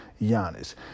Giannis